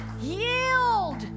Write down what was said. Yield